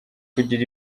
kugira